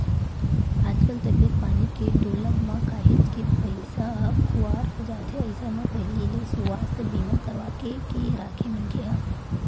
आजकल तबीयत पानी के डोलब म काहेच के पइसा ह खुवार हो जाथे अइसन म पहिली ले सुवास्थ बीमा करवाके के राखे मनखे ह